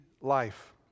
life